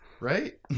Right